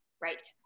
Right